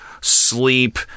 sleep